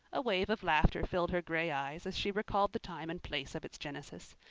a wave of laughter filled her gray eyes as she recalled the time and place of its genesis.